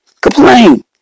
complain